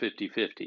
50-50